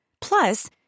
Plus